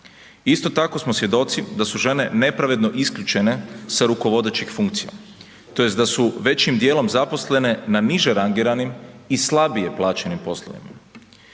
Isto tako smo svjedoci da su žene nepravedno isključene sa rukovodećih funkcija, tj. da su većim dijelom zaposlene na niže rangiranim i slabije plaćenim poslovima.